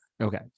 Okay